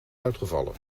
uitgevallen